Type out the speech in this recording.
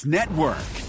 Network